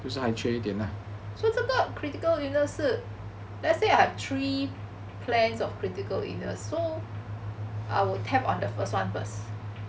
so 这个 critical illnesses 是 let's say I have three plans of critical illness so I will tap on the first [one] first